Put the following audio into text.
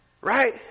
right